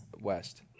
West